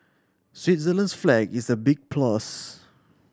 Switzerland's flag is a big plus